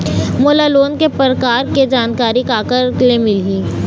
मोला लोन के प्रकार के जानकारी काकर ले मिल ही?